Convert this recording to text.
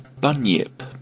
Bunyip